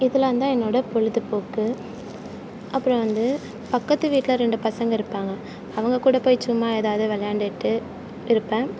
இதெலாம் தான் என்னோடய பொழுதுபோக்கு அப்புறோ வந்து பக்கத்துக்கு வீட்டில் ரெண்டு பசங்க இருப்பாங்க அவங்க கூட போய் சும்மா எதாவது விளையாண்டுட்டு இருப்பேன்